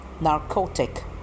narcotic